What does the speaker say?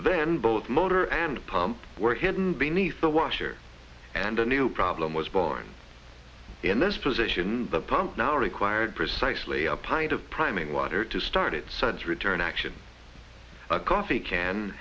then both motor and pump were hidden beneath the washer and a new problem was born in this position the pump now required precisely a pint of priming water to start it suds return action a coffee can